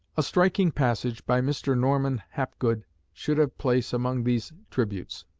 a striking passage by mr. norman hapgood should have place among these tributes.